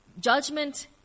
judgment